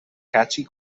catchy